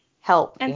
help